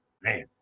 Man